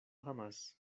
jamás